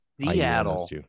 Seattle